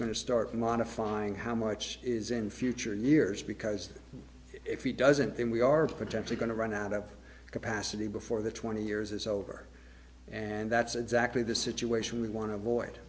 to start modifying how much is in future years because if he doesn't then we are potentially going to run out of capacity before the twenty years is over and that's exactly the situation we want to avoid